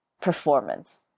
performance